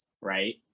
right